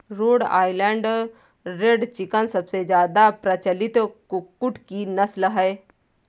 road Island Red chicken सबसे ज्यादा प्रचलित कुक्कुट की नस्ल है